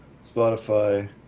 Spotify